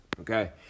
okay